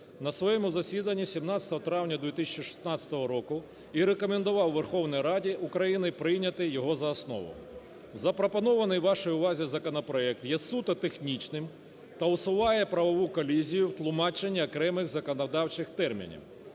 на своєму засіданні 17 травня 2016 року і рекомендував Верховній Раді України прийняти його за основу. Запропонований вашій увазі законопроект є суто технічним та усуває правову колізію тлумачення окремих законодавчих термінів.